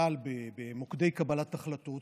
בכלל במוקדי קבלת החלטות?